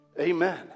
Amen